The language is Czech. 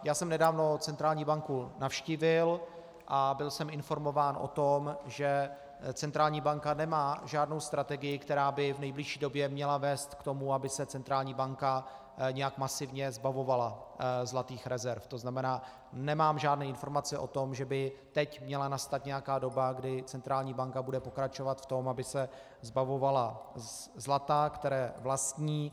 Já jsem nedávno centrální banku navštívil a byl jsem informován o tom, že centrální banka nemá žádnou strategii, která by v nejbližší době měla vést k tomu, aby se centrální banka nějak masivně zbavovala zlatých rezerv, tzn. nemám žádné informace o tom, že by teď měla nastat nějaká doba, kdy centrální banka bude pokračovat v tom, aby se zbavovala zlata, které vlastní.